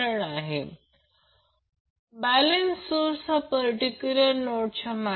आपण two wattmeter पद्धती वापरून पॉवर मोजतो आणि